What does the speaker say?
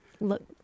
look